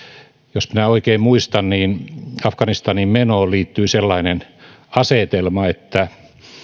jos minä oikein muistan niin afganistaniin menoon liittyi sellainen asetelma että